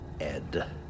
Ed